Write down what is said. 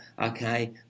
okay